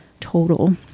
total